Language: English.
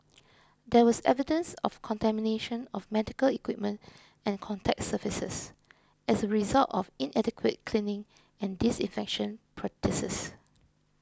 there was evidence of contamination of medical equipment and contact surfaces as a result of inadequate cleaning and disinfection practices